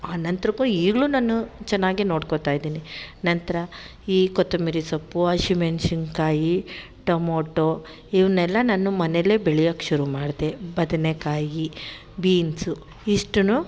ಆ ನಂತರಕ್ಕೂ ಈಗಲೂ ನಾನು ಚೆನ್ನಾಗೆ ನೋಡ್ಕೊತಾ ಇದೀನಿ ನಂತರ ಈ ಕೊತ್ತಂಬರಿ ಸೊಪ್ಪು ಹಸಿಮೆಣ್ಶಿನ್ಕಾಯಿ ಟೊಮೊಟೋ ಇವನ್ನೆಲ್ಲ ನಾನು ಮನೆಯಲ್ಲೇ ಬೆಳೆಯೋಕ್ ಶುರು ಮಾಡಿದೆ ಬದನೆಕಾಯಿ ಬೀನ್ಸು ಇಷ್ಟನ್ನು